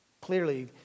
Clearly